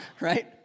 right